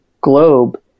globe